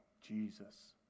Jesus